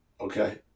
Okay